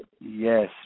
Yes